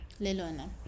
lelona